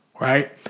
right